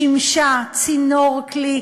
שימשה צינור, כלי,